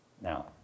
Now